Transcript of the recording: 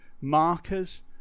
markers